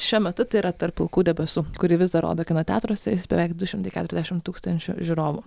šiuo metu tai yra tarp pilkų debesų kurį vis dar rodo kino teatruose jis beveik du šimtai keturiasdešim tūkstančių žiūrovų